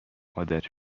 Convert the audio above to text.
عادت